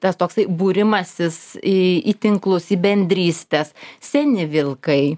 tas toksai būrimasis į į tinklus į bendrystes seni vilkai